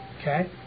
Okay